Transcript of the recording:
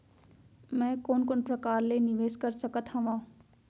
मैं कोन कोन प्रकार ले निवेश कर सकत हओं?